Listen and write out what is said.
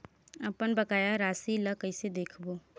अपन बकाया राशि ला कइसे देखबो?